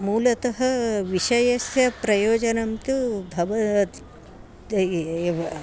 मूलतः विषयस्य प्रयोजनं तु भवति एव